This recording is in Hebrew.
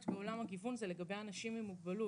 בעולם הגיוון זה לגבי אנשים עם מוגבלות.